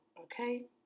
okay